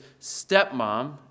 stepmom